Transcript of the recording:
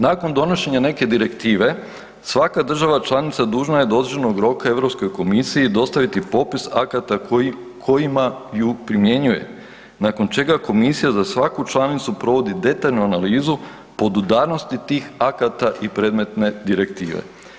Nakon donošenja neke Direktive, svaka država članica dužna je do određenog roka Europskoj komisiji dostaviti popis akata kojima ju primjenjuje, nakon čega Komisija za svaku članicu provodi detaljnu analizu podudarnosti tih akata i predmetne Direktive.